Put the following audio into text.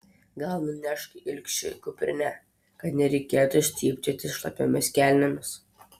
gal nunešk ilgšiui kuprinę kad nereikėtų stypčioti šlapiomis kelnėmis